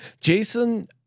Jason